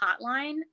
hotline